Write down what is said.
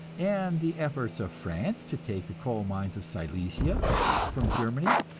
and the efforts of france to take the coal mines of silesia from germany,